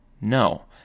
No